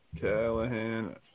Callahan